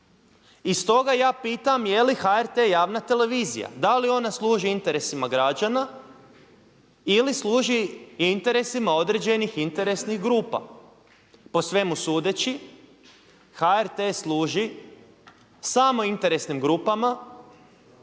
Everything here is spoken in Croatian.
I stoga ja pitam jeli HRT javna televizija? Da li ona služi interesima građana ili služi interesima određenih interesnih grupa? Po svemu sudeći HRT služi samo interesnim grupama